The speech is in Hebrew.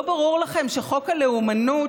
לא ברור לכם שחוק הלאומנות,